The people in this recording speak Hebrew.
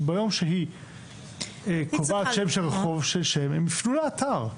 שביום שהיא קובעת שם של רחוב הם ייפנו לאתר.